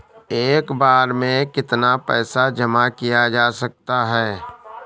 एक बार में कितना पैसा जमा किया जा सकता है?